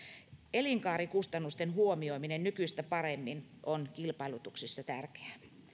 elinkaarikustannusten huomioiminen nykyistä paremmin on kilpailutuksessa tärkeää